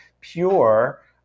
pure